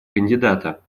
кандидата